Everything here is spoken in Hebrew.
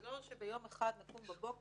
זה לא שביום אחד נקום בבוקר,